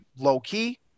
low-key